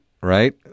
right